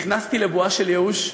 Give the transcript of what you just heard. נכנסתי לבועה של ייאוש,